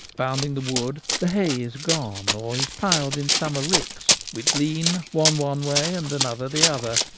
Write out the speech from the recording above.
bounding the wood, the hay is gone or is piled in summer ricks, which lean one one way and another the other,